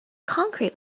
concrete